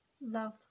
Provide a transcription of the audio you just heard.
love